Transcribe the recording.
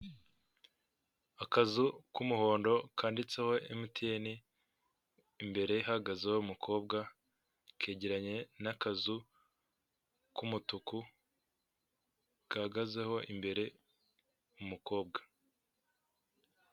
Akazu k'umuhondo kanditseho emutiyeni, imbere hahagazeho umukobwa, kegeranye n'akazu k'umutuku, gahagazeho imbere umukobwa.